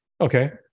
Okay